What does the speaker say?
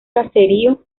caserío